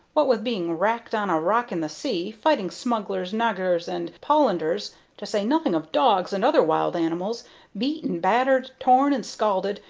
what with being wracked on a rock in the sea, fighting smugglers, nagurs, and polanders to say nothing of dogs and other wild animals beat and battered, torn and scalded,